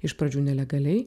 iš pradžių nelegaliai